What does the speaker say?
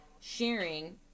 sharing